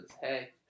hey